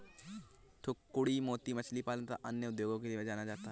थूथूकुड़ी मोती मछली पालन तथा अन्य उद्योगों के लिए जाना जाता है